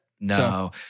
No